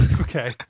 Okay